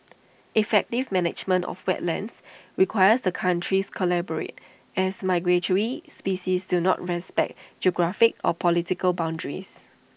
effective management of wetlands requires the countries collaborate as migratory species do not respect geographic or political boundaries